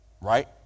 right